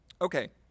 Okay